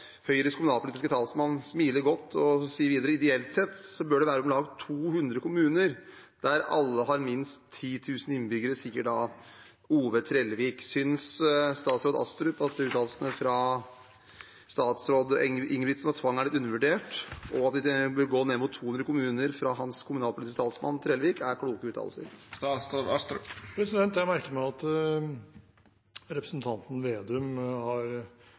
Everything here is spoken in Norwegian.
videre: «Ideelt sett bør det vere om lag 200 kommunar, der alle har minst 10.000 innbyggarar.» Synes statsråd Astrup at uttalelsen fra statsråd Ingebrigtsen om at tvang er litt undervurdert, og uttalelsen fra kommunalpolitisk talsmann Trellevik om at vi bør gå ned mot 200 kommuner, er kloke uttalelser? Jeg merker meg at representanten Slagsvold Vedum har funnet noen meningsfeller når det gjelder bruk av tvang. Jeg har lagt merke til at representanten Slagsvold Vedum